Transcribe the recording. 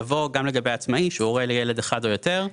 יבוא "גם לגבי עצמאי שהוא הורה לילד אחד או יותר".